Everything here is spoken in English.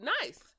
nice